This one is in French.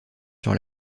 sur